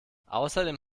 außerdem